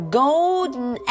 golden